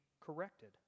corrected